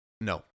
no